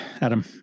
Adam